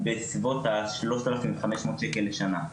בסביבות השלושת אלפים חמש מאות שקל לשנה.